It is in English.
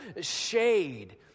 shade